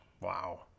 Wow